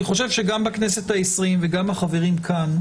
אני חושב שגם בכנסת העשרים וגם החברים כאן,